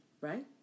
right